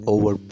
Over